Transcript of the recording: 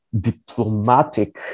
diplomatic